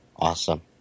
Awesome